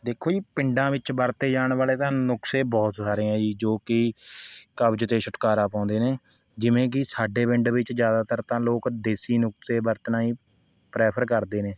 ਦੇਖੋ ਜੀ ਪਿੰਡਾਂ ਵਿੱਚ ਵਰਤੇ ਜਾਣ ਵਾਲੇ ਤਾਂ ਨੁਕਸੇ ਬਹੁਤ ਸਾਰੇ ਹੈ ਜੀ ਜੋ ਕਿ ਕਬਜ਼ ਤੇ ਛੁਟਕਾਰਾ ਪਾਉਂਦੇ ਨੇ ਜਿਵੇਂ ਕਿ ਸਾਡੇ ਪਿੰਡ ਵਿੱਚ ਜ਼ਿਆਦਾਤਰ ਤਾਂ ਲੋਕ ਦੇਸੀ ਨੁਕਸੇ ਵਰਤਣਾ ਹੀ ਪ੍ਰੈਫਰ ਕਰਦੇ ਨੇ